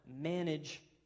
manage